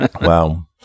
Wow